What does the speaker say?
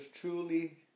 truly